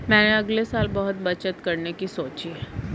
मैंने अगले साल बहुत बचत करने की सोची है